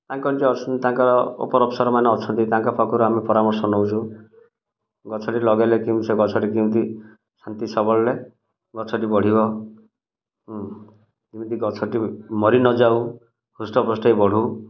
ତାଙ୍କର ଯିଏ ଅଛନ୍ତି ତାଙ୍କର ଉପର ଅଫିସର୍ ମାନେ ଅଛନ୍ତି ତାଙ୍କ ପାଖରୁ ଆମେ ପରାମର୍ଶ ନଉଛୁ ଗଛ ଟି ଲଗାଇଲେ କେମିତି ସେ ଗଛ ଟି କେମିତି ଶାନ୍ତିସବଳରେ ଗଛ ଟି ବଢ଼ିବ କେମିତି ଗଛ ଟି ମରି ନଯାଉ ହୃଷ୍ଟପୃଷ୍ଟ ହେଇ ବଢ଼ୁ